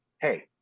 hey